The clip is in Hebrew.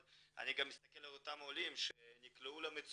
אבל אני גם מסתכל על אותם עולים שנקלעו למצוקה,